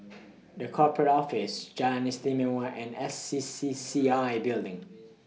The Corporate Office Jalan Istimewa and S C C C I Building